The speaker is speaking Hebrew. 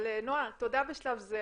אבל, נועה, תודה בשלב זה.